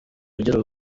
ugira